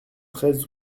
treize